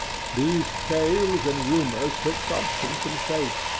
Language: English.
these tales and rumours took substance and shape,